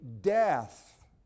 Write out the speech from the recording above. death